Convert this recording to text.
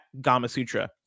Gamasutra